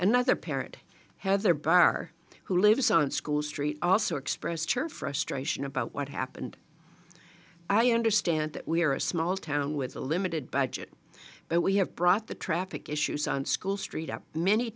another parent heather barr who lives on school street also expressed her frustration about what happened i understand that we are a small town with a limited budget but we have brought the traffic issues on school street up many